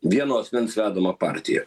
vieno asmens vedamą partiją